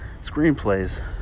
screenplays